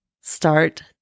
start